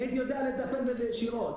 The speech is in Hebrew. כי הייתי יודע לטפל בזה ישירות.